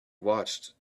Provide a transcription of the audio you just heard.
watched